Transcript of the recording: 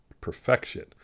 perfection